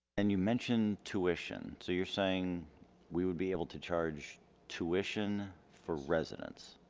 and you mentioned tuition so you're saying we would be able to charge tuition for residents.